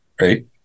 right